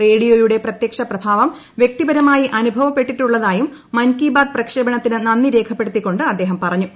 റേഡിയോയുടെ പ്രത്യക്ഷ പ്രഭാവം വൃക്തിപരമായി അനുഭവപ്പെട്ടിട്ടുള്ളതായും മൻ കി ബാത് പ്രക്ഷേപണത്തിന് നന്ദി രേഖപ്പെടുത്തിക്കൊണ്ട് അദ്ദേഹം പറഞ്ഞു